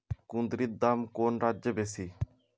কুঁদরীর দাম কোন রাজ্যে বেশি?